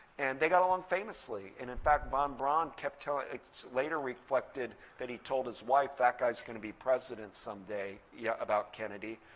and they got along famously. and in fact, von braun ah ah later reflected that he told his wife, that guy's going to be president someday, yeah about kennedy.